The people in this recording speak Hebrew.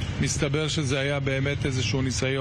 טוב, הודעה למזכיר